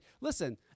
listen